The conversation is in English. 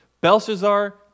Belshazzar